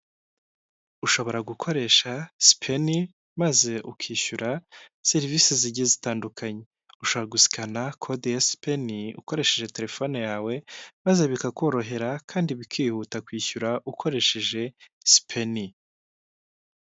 Ushobora gukoresha speni maze ukishyura serivisi zigiye zitandukanye, ushaka gusikana kode speni ukoresheje telefone yawe maze bikakorohera kandi bikihuta kwishyura ukoresheje spen.